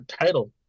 title